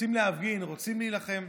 רוצים להפגין, רוצים להילחם.